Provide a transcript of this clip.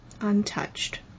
Untouched